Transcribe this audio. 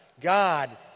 God